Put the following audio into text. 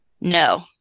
No